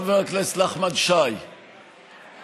חבר הכנסת נחמן שי אליך: